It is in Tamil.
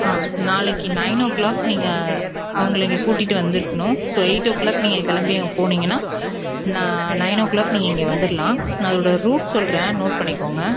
ஆ நாளைக்கு நயனோ க்ளாக் நீங்கள் அவங்கள இங்கே கூட்டிட்டு வந்துருக்கணும் ஸோ எயிட்டோ க்ளாக் நீங்கள் கிளம்பி அங் போனீங்கன்னால் ந நயனோ க்ளாக் நீங்கள் இங்கே வந்துடலாம் நான் அதோடய ரூட் சொல்கிற நோட் பண்ணிக்கோங்கள்